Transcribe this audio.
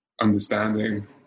understanding